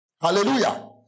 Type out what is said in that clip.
Hallelujah